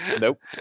Nope